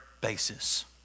basis